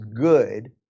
good